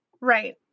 Right